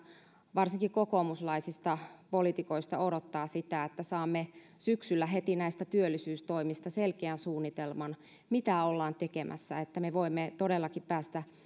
varsinkin kokoomuslaisista poliitikoista odottaa että saamme syksyllä heti näistä työllisyystoimista selkeän suunnitelman mitä ollaan tekemässä että me voimme todellakin päästä